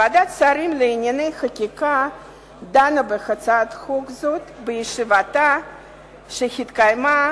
ועדת השרים לענייני חקיקה דנה בהצעת החוק הזאת בישיבתה שהתקיימה